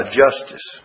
justice